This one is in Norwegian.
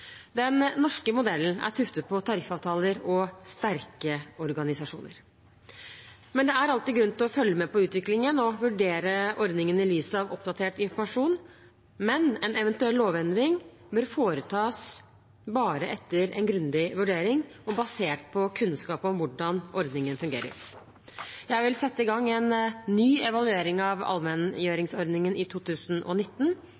Den norske modellen er tuftet på tariffavtaler og sterke organisasjoner. Det er alltid grunn til å følge med på utviklingen og vurdere ordningen i lys av oppdatert informasjon, men en eventuell lovendring bør foretas bare etter en grundig vurdering og basert på kunnskap om hvordan ordningen fungerer. Jeg vil sette i gang en ny evaluering av